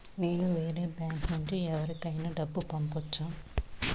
నేను వేరే బ్యాంకు నుండి ఎవరికైనా డబ్బు పంపొచ్చా?